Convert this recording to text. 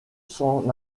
s’en